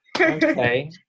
Okay